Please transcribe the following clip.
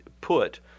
put